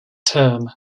term